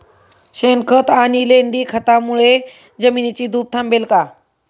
शेणखत आणि लेंडी खतांमुळे जमिनीची धूप थांबेल का?